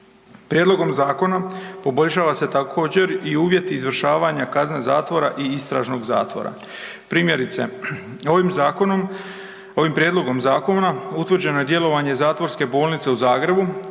Prijedlogom zakona poboljšava se također, i uvjeti izvršavanja kazne zatvora i istražnog zatvora. Primjerice, ovim zakonom, ovim prijedlogom zakona, utvrđeno je djelovanje Zatvorske bolnice u Zagrebu